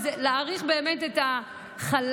זה להאריך באמת את החל"ת,